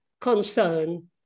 concern